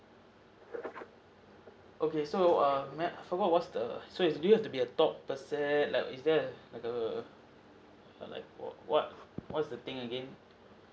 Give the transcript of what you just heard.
okay so err may forgot what's the so you have to be a top percent like is there like err like wh~ what what's the thing again